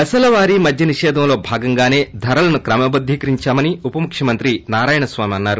దశల వారీ మద్య నిషేధంలో భాగంగాసే ధరలను క్రమబద్దీకరిందామని ఉప ముఖ్యమంత్రి నారాయణ స్వామి అన్నారు